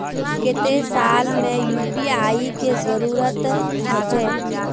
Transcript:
केते साल में यु.पी.आई के जरुरत होचे?